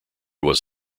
was